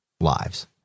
lives